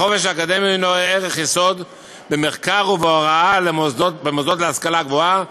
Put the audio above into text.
החופש האקדמי הנו ערך יסוד במחקר ובהוראה במוסדות להשכלה גבוהה,